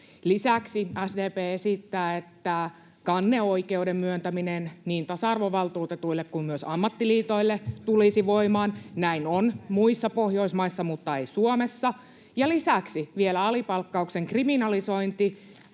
Lisäksi SDP esittää, että kanneoikeuden myöntäminen niin tasa-arvovaltuutetulle kuin myös ammattiliitoille tulisi voimaan. Näin on muissa Pohjoismaissa, mutta ei Suomessa. Ja lisäksi vielä alipalkkauksen kriminalisointi,